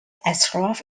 ashford